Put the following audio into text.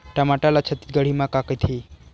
टमाटर ला छत्तीसगढ़ी मा का कइथे?